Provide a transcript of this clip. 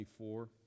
24